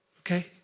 okay